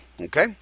okay